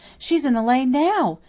she's in the lane now,